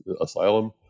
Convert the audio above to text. asylum